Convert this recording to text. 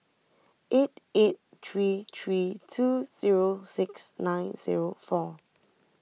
eight eight three three two zero six nine zero four